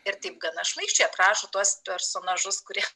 ir taip gana šmaikščiai aprašo tuos personažus kurie